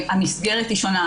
המסגרת היא שונה,